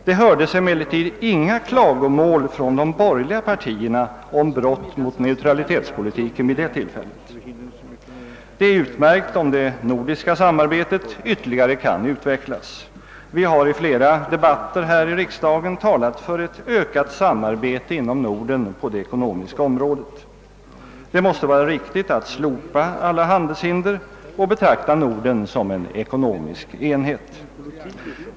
Det hördes emellertid inga klagomål från de borgerliga partierna om brott mot neutralitetspolitiken vid det tillfället! Det är utmärkt om det nordiska samarbetet ytterligare kan utvecklas. Vi har i flera debatter här i riksdagen talat för ett ökat samarbete inom Norden på det ekonomiska området. Det måste vara riktigt att slopa alla handelshinder och betrakta Norden som en ekonomisk enhet.